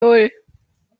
nan